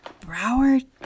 Broward